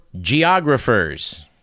geographers